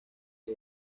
que